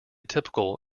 typical